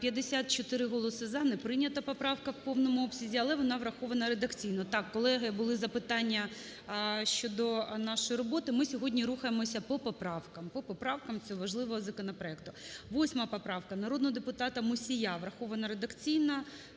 12:59:54 За-54 Не прийнята поправка в повному обсязі, але вона врахована редакційно. Так, колеги, були запитання щодо нашої роботи. Ми сьогодні рухаємося по поправкам, по поправкам цього важливого законопроекту. 8 поправка народного депутата Мусія. Врахована редакційно.